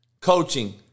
coaching